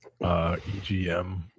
EGM